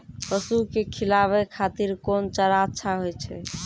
पसु के खिलाबै खातिर कोन चारा अच्छा होय छै?